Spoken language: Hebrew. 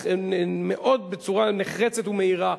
בצורה מאוד נחרצת ומהירה,